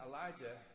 Elijah